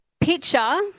Picture